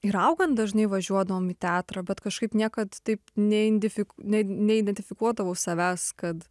ir augant dažnai važiuodavom į teatrą bet kažkaip niekad taip neindifik neidentifikuodavo savęs kad